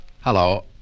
Hello